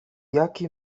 jaki